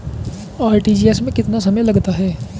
RTGS में कितना समय लगता है?